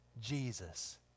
Jesus